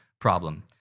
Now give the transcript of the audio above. problem